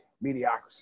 mediocrity